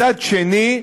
מצד שני,